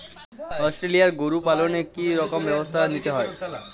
Australian গরু পালনে কি রকম ব্যবস্থা নিতে হয়?